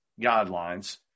guidelines